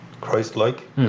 Christ-like